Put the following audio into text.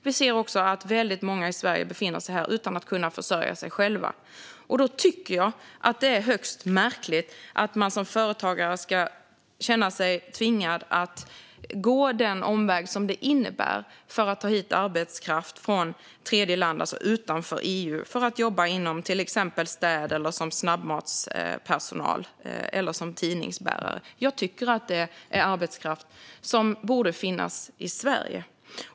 Vi ser också att väldigt många som befinner sig i Sverige inte kan försörja sig själva, och då tycker jag att det är högst märkligt att man som företagare ska känna sig tvingad att gå den omväg som det innebär att ta hit arbetskraft från tredjeland, alltså länder utanför EU - människor som ska jobba i till exempel städbranschen eller som snabbmatspersonal eller tidningsbärare. Jag tycker att detta är arbetskraft som borde finnas i Sverige.